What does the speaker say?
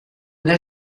del